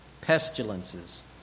Pestilences